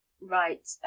Right